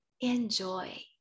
enjoy